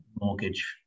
mortgage